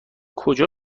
کجا